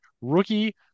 rookie